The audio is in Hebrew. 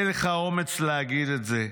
אין לך אומץ להגיד את זה,